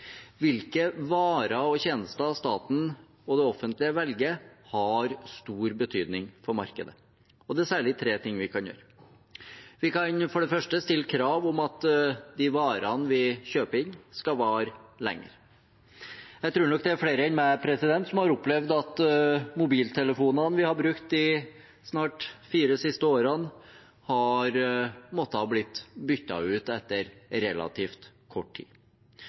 Hvilke varer og tjenester staten og det offentlige velger, har stor betydning for markedet. Det er særlig tre ting vi kan gjøre. Vi kan for det første stille krav om at de varene vi kjøper inn, skal vare lenger. Jeg tror nok det er flere enn meg som har opplevd at mobiltelefonene vi har brukt de snart fire siste årene, har måttet bli byttet ut etter relativt kort tid.